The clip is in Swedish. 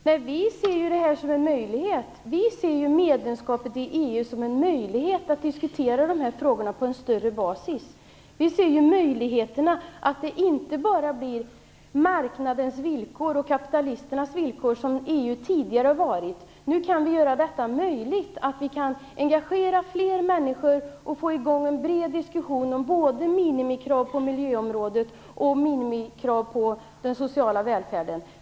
Herr talman! Nej, vi ser medlemskapet i EU som en möjlighet att diskutera de här frågorna på en bredare basis. Vi ser möjligheter till att det inte bara blir fråga om marknadens och kapitalisternas villkor. Så har det ju tidigare varit med EU. Nu kan vi göra det möjligt att fler människor engageras och att en bred diskussion kommer i gång om minimikrav både inom miljöområdet och på den sociala välfärden.